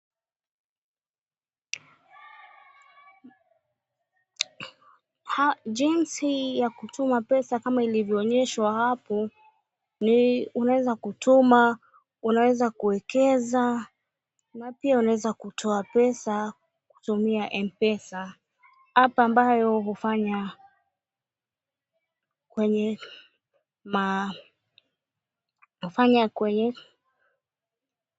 Jinsi ya kutuma pesa kama ilivyo onyeshwa hapo ni unaweza kutuma, unaweza kuwekeza na pia unaweza kutoa pesa kutumia M-PESA . App ambayo hufanya kwenye.......